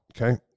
okay